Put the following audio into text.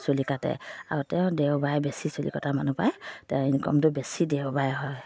চুলি কাটে আও তেওঁ দেওবাৰে বেছি চুলি কটা মানুহ পায় তেওঁ ইনকামটো বেছি দেওবাৰে হয়